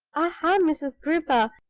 aha, mrs. gripper,